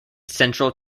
central